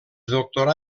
doctorà